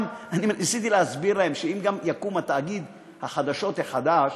ניסיתי להסביר להם שגם אם יקום תאגיד החדשות החדש,